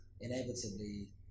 inevitably